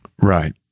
right